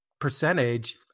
percentage